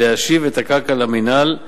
להשיב את הקרקע למִינהל.